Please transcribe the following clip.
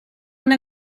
una